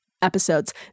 episodes